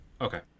Okay